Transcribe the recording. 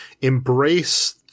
embrace